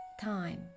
time